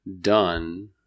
done